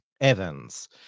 Evans